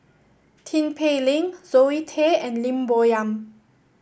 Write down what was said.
Tin Pei Ling Zoe Tay and Lim Bo Yam